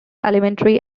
elementary